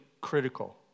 critical